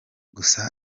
gusa